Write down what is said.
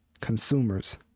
consumers